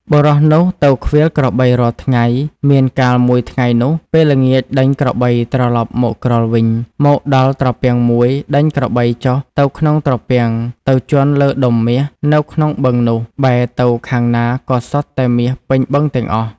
បុរសនោះទៅឃ្វាលក្របីរាល់ថ្ងៃមានកាលមួយថ្ងៃនោះ ពេលល្ងាចដេញក្របីត្រឡប់មកក្រោលវិញ មកដល់ត្រពាំងមួយដេញក្របីចុះទៅក្នុងត្រពាំងទៅជាន់លើដុំមាស នៅក្នុងបឹងនោះបែរទៅខាងណាក៏សុទ្ធតែមាសពេញបឹងទាំងអស់ ។